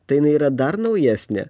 tai jinai yra dar naujesnė